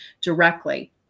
directly